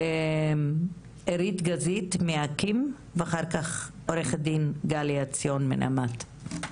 עירית גזית מאקי"ם ואחר כך גליה ציון מנעמ"ת.